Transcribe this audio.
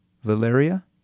Valeria